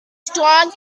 strong